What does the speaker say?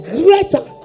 greater